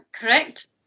Correct